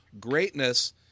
greatness –